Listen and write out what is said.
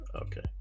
Okay